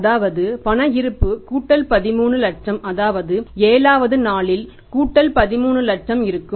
அதாவது பண இருப்பு 13 லட்சம் அதாவது 7 வது நாளில் 13 லட்சம் இருக்கும்